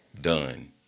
done